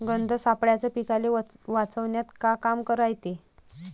गंध सापळ्याचं पीकाले वाचवन्यात का काम रायते?